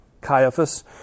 Caiaphas